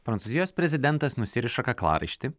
prancūzijos prezidentas nusiriša kaklaraištį